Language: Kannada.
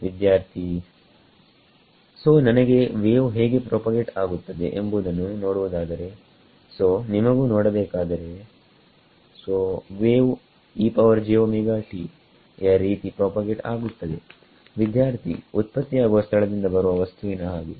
ವಿದ್ಯಾರ್ಥಿ ಸೋನನಗೆ ವೇವ್ ಹೇಗೆ ಪ್ರಾಪಗೇಟ್ ಆಗುತ್ತದೆ ಎಂಬುದನ್ನು ನೋಡುವುದಾದರೆಸೋನಿಮಗೂ ನೋಡಬೇಕಾದರೆ ಸೋವೇವ್ ಯ ರೀತಿ ಪ್ರಾಪಗೇಟ್ ಆಗುತ್ತದೆ ವಿದ್ಯಾರ್ಥಿಉತ್ಪತ್ತಿಯಾಗುವ ಸ್ಥಳದಿಂದ ಬರುವ ವಸ್ತುವಿನ ಹಾಗೆ